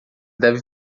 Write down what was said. deve